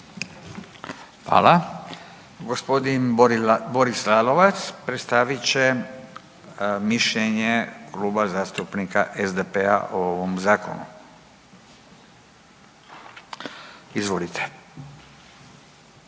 Hvala. Gospodin Boris Lalovac predstavit će mišljenje Kluba zastupnika SDP-a o ovom zakonu. Izvolite.